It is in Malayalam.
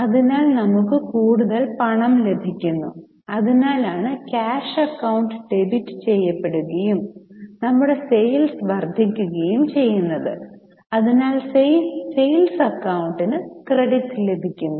അതിനാൽ നമുക് കൂടുതൽ പണം ലഭിക്കുന്നു അതിനാലാണ് ക്യാഷ് അക്കൌണ്ട് ഡെബിറ്റ് ചെയ്യപ്പെടുകയും നമ്മുടെ സെയിൽസ് വർദ്ധിക്കുകയും ചെയ്യുന്നത് അതിനാൽ സെയിൽസ് അക്കൌണ്ടിന് ക്രെഡിറ്റ് ലഭിക്കുന്നു